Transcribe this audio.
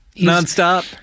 Non-stop